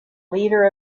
leader